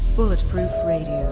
bulletproof radio,